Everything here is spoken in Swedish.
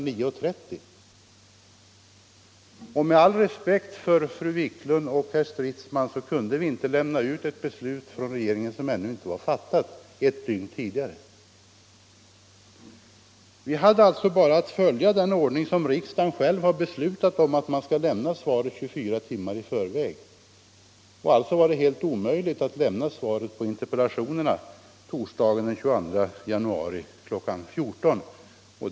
9.30, och med all respekt för fru Wiklund och herr Stridsman kunde vi naturligtvis inte lämna ut ett beslut från regeringen vilket ännu inte var fattat — det fattades först ett dygn senare. Vi hade alltså bara att följa den ordning som riksdagen själv har beslutat om, nämligen att man skall lämna svaret 24 timmar i förväg. Således var det helt omöjligt att lämna svaret på interpellationerna torsdagen den 22 januari kl. 14.00.